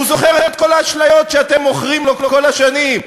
והוא זוכר את כל האשליות שאתם מוכרים לו כל השנים,